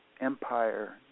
empire